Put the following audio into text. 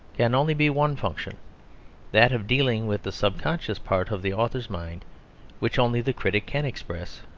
can only be one function that of dealing with the subconscious part of the author's mind which only the critic can express,